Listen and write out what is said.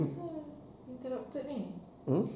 apasal you cannot chat ini